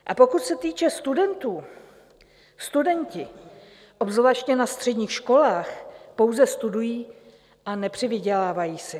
A pokud se týče studentů, studenti, obzvláště na středních školách, pouze studují a nepřivydělávají si.